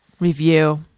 Review